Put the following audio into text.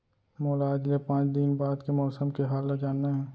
मोला आज ले पाँच दिन बाद के मौसम के हाल ल जानना हे?